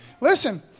Listen